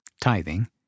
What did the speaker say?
tithing